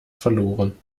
verloren